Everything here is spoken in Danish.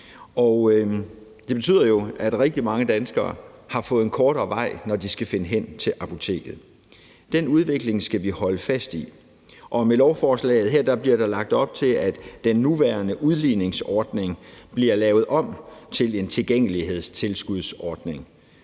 Det betyder jo, at rigtig mange danskere har fået en kortere vej, når de skal finde hen til apoteket. Den udvikling skal vi holde fast i, og med lovforslaget her bliver der lagt op til, at den nuværende udligningsordning bliver lavet om til en tilgængelighedstilskudsordning.